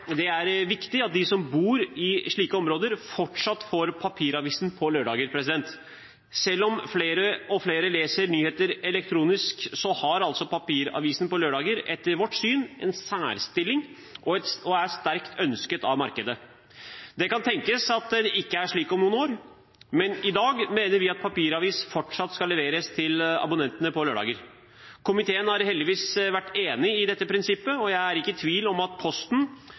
viktig at de som bor i slike områder, fortsatt får papiravisen på lørdager. Selv om flere og flere leser nyheter elektronisk, har altså papiravisen på lørdager etter vårt syn en særstilling og er sterkt ønsket av markedet. Det kan tenkes at det ikke er slik om noen år, men i dag mener vi at papiravis fortsatt skal leveres til abonnentene på lørdager. Komiteen har heldigvis vært enig i dette prinsippet, og jeg er ikke i tvil om at Posten,